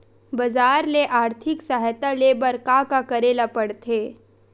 बजार ले आर्थिक सहायता ले बर का का करे ल पड़थे?